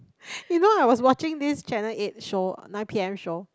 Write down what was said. you know I was watching this channel eight show nine P_M show